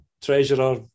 treasurer